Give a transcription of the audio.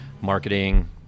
marketing